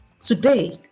Today